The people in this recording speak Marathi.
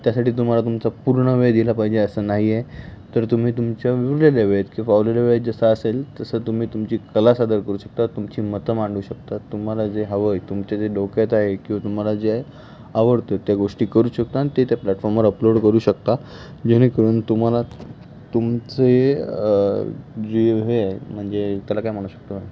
त्यासाठी तुम्हाला तुमचा पूर्ण वेळ दिला पाहिजे असं नाही आहे तर तुम्ही तुमच्या विवरेल्या वेळेत किंवा फावला वेळ जसा असेल तसं तुम्ही तुमची कला सादर करू शकता तुमची मतं मांडू शकता तुम्हाला जे हवं आहे तुमच्या जे डोक्यात आहे किंवा तुम्हाला जे आवडतो आहे त्या गोष्टी करू शकतो आणि ते त्या प्लॅटफॉर्मवर अपलोड करू शकता जेणेकरून तुम्हाला तुमचं हे जे हे आहे म्हणजे त्याला काय म्हणू शकतो